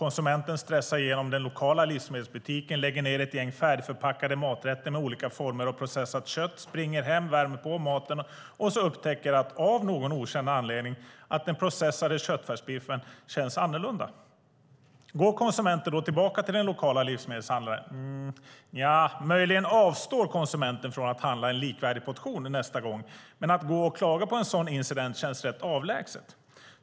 Konsumenten stressar igenom den lokala livsmedelsbutiken, lägger ned ett gäng färdigförpackade maträtter med olika former av färdigprocessat kött, springer hem, värmer på maten och upptäcker att den processade köttfärsbiffen av någon okänd anledning känns annorlunda. Går konsumenten då tillbaka till den lokala livsmedelshandlaren? Nja, möjligen avstår konsumenten från att handla en likvärdig portion nästa gång. Men att gå och klaga på en sådan incident känns rätt avlägset.